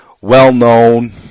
well-known